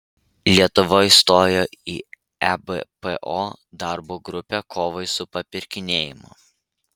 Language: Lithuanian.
lietuva įstojo į ebpo darbo grupę kovai su papirkinėjimu